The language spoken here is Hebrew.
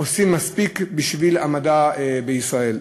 עושים מספיק בשביל המדע בישראל?